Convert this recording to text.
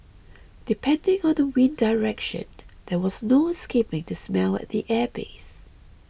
depending on the wind direction there was no escaping to smell at the airbase